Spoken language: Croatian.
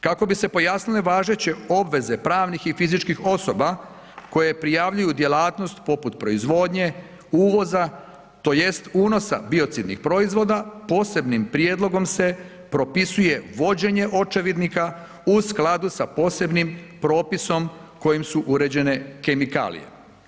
Kako bi se pojasnile važeće odredbe pravnih i fizičkih osoba koje prijavljuju djelatnost poput proizvodnje, uvoza tj. unosa biocidnih proizvoda posebnim prijedlogom se propisuje vođenje očevidnika u skladu sa posebnim propisom kojim su uređene kemikalije.